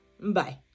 bye